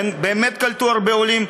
הן באמת קלטו הרבה עולים,